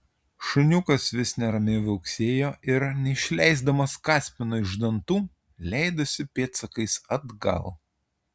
šuniukas vis neramiai viauksėjo ir neišleisdamas kaspino iš dantų leidosi pėdsakais atgal